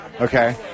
okay